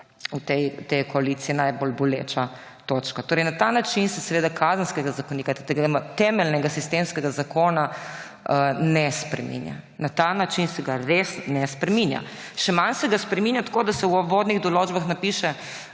v tej koaliciji najbolj boleča točka. Torej, na ta način se seveda Kazenskega zakonika, tega temeljnega sistemskega zakona ne spreminja. Na ta način se ga res ne spreminja. Še manj se ga spreminja tako, da se v uvodnih določbah napiše,